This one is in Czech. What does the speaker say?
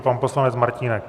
Pan poslanec Martínek.